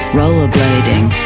rollerblading